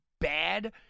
bad